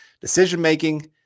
Decision-making